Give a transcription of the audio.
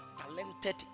talented